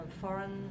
foreign